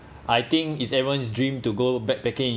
but ya uh